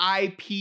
IP